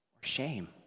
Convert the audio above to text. shame